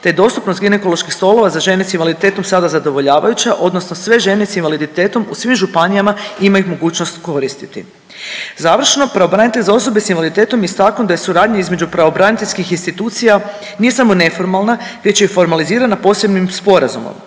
te je dostupnost ginekoloških stolova za žene s invaliditetom sada zadovoljavajuća odnosno sve žene s invaliditetom u svim županijama imaju ih mogućnost koristiti. Završno, pravobranitelj za osobe s invaliditetom istaknuo je da je suradnja između pravobraniteljskih institucija nije samo neformalna već je formalizirana posebnim sporazumom.